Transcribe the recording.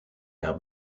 jahr